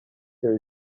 there